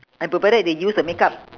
and provided they use the makeup